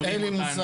אין לי מושג.